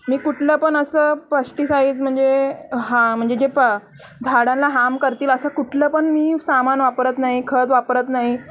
मी कुठलं पण असं पष्टीसाईज म्हणजे हा म्हणजे जे प झाडांला हाम करतील असं कुठलं पण मी सामान वापरत नाही खत वापरत नाही